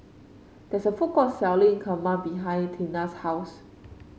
there's a food court selling Kheema behind Teena's house